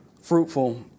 Fruitful